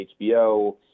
hbo